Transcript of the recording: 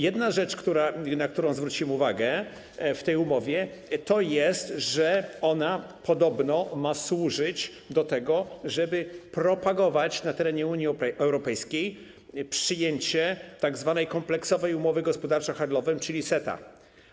Jedna rzecz, na którą zwróciłem uwagę w tej umowie, to fakt, że ona podobno ma służyć temu, żeby propagować na terenie Unii Europejskiej przyjęcie tzw. Kompleksowej Umowy Gospodarczo-Handlowej czyli CETA.